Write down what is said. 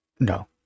No